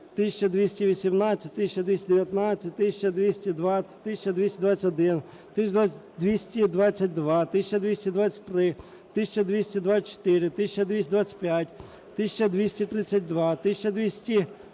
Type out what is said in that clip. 1218, 1219, 1220, 1221, 1222, 1223, 1224, 1225, 1232, 1248,